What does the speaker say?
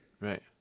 Right